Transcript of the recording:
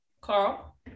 Carl